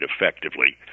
effectively